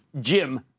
Jim